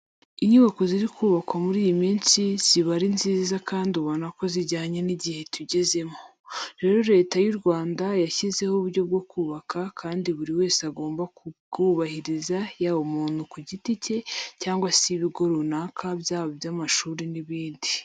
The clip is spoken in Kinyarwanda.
Inyubako ziri kubakwa muri iyi minsi ziba ari nziza kandi ubona ko zijyanye n'igihe tugezemo. Rero Leta y'u Rwanda yashyizeho uburyo bwo kubaka kandi buri wese agomba kubwubahiriza yaba umuntu ku giti cye cyangwa se ibigo runaka byaba iby'amashuri n'ibindi.